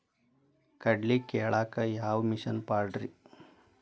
ಕಡ್ಲಿ ಕೇಳಾಕ ಯಾವ ಮಿಷನ್ ಪಾಡ್ರಿ?